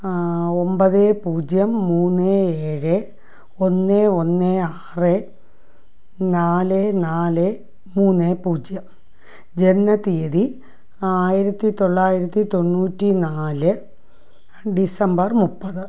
ഒൻപത് പൂജ്യം മൂന്ന് ഏഴ് ഒന്ന് ഒന്ന് ആറ് നാല് നാല് മൂന്ന് പൂജ്യം ജനന തീയ്യതി ആയിരത്തി തൊള്ളായിരത്തി തൊണ്ണൂറ്റി നാല് ഡിസംബർ മുപ്പത്